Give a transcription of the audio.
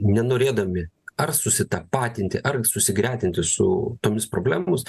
nenorėdami ar susitapatinti ar susigretinti su tomis problemomis